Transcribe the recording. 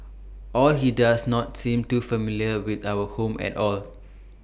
or he does not seem too familiar with our home at all